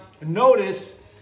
Notice